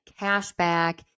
cashback